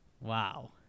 Wow